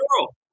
girl